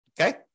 okay